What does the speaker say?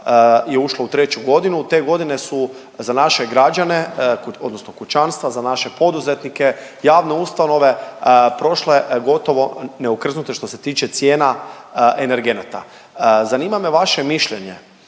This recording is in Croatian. je ušlo u treću godinu, te godine su za naše građane odnosno kućanstva, za naše poduzetnike, javne ustanove, prošle gotovo neokrznute što se tiče cijena energenata. Zanima me vaše mišljenje